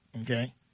Okay